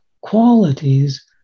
qualities